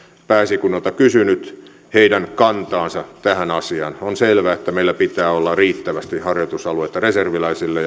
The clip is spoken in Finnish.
pääesikunnalta kysynyt heidän kantaansa tähän asiaan on selvää että meillä pitää olla riittävästi harjoitusalueita reserviläisille